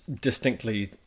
distinctly